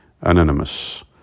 Anonymous